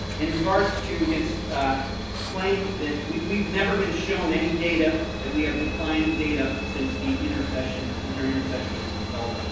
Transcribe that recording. in regards to his claim that we've we've never been shown any data that we have declining data since the inner session, winter inner session was installed.